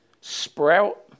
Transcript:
sprout